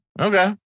Okay